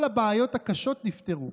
כל הבעיות הקשות נפתרו.